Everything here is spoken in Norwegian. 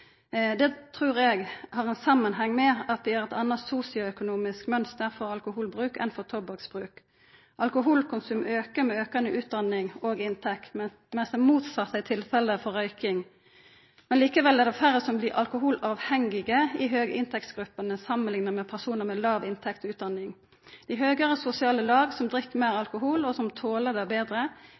trur eg har samanheng med at vi har eit anna sosioøknomisk mønster for alkoholbruk enn for tobakksbruk. Alkoholkonsum aukar med aukande utdanning og inntekt, mens det motsette er tilfellet for røyking. Likevel er det færre som blir alkoholavhengige i høginntektsgruppene når ein samanliknar med personar med låg inntekt og utdanning. Dei høgare sosiale lag som drikk meir alkohol, og som toler det betre,